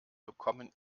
bekommen